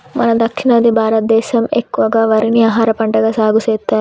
మన దక్షిణాది భారతదేసం ఎక్కువగా వరిని ఆహారపంటగా సాగుసెత్తారు